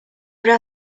would